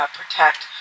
protect